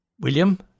William